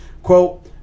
Quote